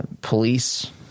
police